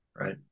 right